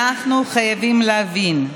אנחנו חייבים להבין,